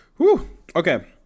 Okay